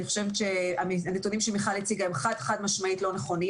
אני חושבת שהנתונים שמיכל הציגה הם חד חד-משמעית לא נכונים